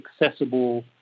accessible